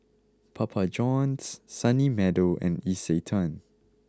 Papa Johns Sunny Meadow and Isetan